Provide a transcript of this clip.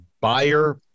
buyer